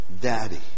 Daddy